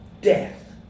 death